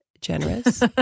generous